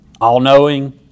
all-knowing